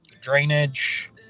drainage